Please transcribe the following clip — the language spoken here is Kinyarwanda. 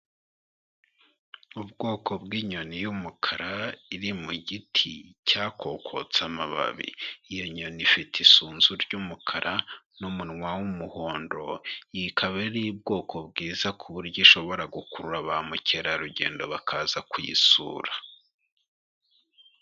Ubwoko bw'inyoni y'umukara iri mu giti cyakokotse amababi, iyo nyoni ifite isunzu ry'umukara n'umunwa w'umuhondo, iyi ikaba ari ubwoko bwiza ku buryo ishobora gukurura ba mukerarugendo bakaza kuyisura.